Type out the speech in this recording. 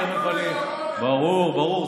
תכף אני ------ ברור, ברור.